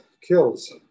kills